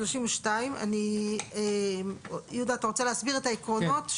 סעיף 32. יהודה, אתה רוצה להסביר את העקרונות?